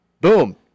Boom